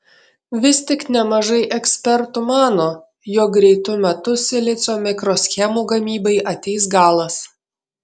vis tik nemažai ekspertų mano jog greitu metu silicio mikroschemų gamybai ateis galas